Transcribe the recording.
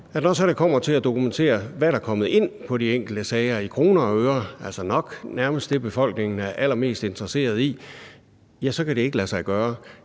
når det så kommer til at dokumentere, hvad der er kommet ind på de enkelte sager i kroner og øre, altså nok nærmest det, befolkningen er allermest interesseret i, ja, så kan det ikke lade sig gøre.